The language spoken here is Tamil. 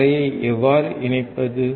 தரையை எவ்வாறு இணைப்பது